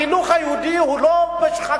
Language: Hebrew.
החינוך היהודי הוא לא בשחקיו,